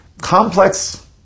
complex